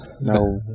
No